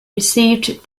received